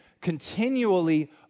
continually